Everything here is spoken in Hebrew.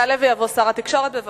יעלה ויבוא שר התקשורת, בבקשה.